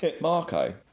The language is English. Marco